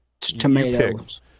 Tomatoes